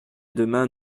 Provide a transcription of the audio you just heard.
demain